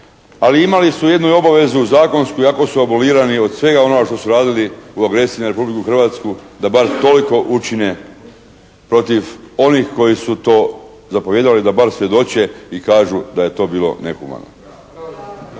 Ali imali su i jednu obavezu zakonsku iako su …/Govornik se ne razumije./… od svega onoga što su radili u agresiji na Republiku Hrvatsku da bar toliko učine protiv onih koji su to zapovijedali, da bar svjedoče i kažu da je to bilo nehumano.